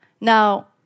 Now